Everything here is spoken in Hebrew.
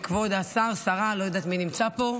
כבוד השר, שרה, לא יודעת מי נמצא פה,